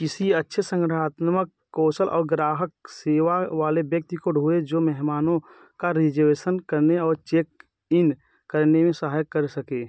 किसी अच्छे संग्रहात्मक कौशल और ग्राहक सेवा वाले व्यक्ति को ढूंढें जो मेहमानों का रिजवेशन करने और चेक इन करने में सहायक कर सके